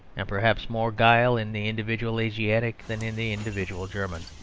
and perhaps more guile in the individual asiatic than in the individual german.